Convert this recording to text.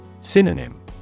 Synonym